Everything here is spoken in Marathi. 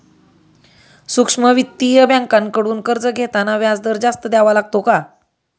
सूक्ष्म वित्तीय बँकांकडून कर्ज घेताना व्याजदर जास्त द्यावा लागतो का?